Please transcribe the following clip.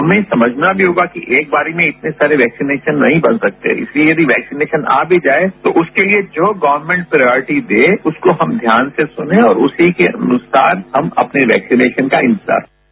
हमें समझना भी होगा कि एक बार में इतने वैक्सीनेशन नहीं बन सकते इस लिए वैक्सीनेशन आ भी जाये तो उसके लिए जो गर्वमेंट प्रॉयटी दे उसको ध्यान से सुनें और उसी के अनुसार हम अपने वैक्सीनेशन का इंतजार करें